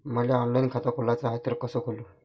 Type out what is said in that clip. मले ऑनलाईन खातं खोलाचं हाय तर कस खोलू?